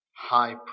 High